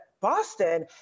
Boston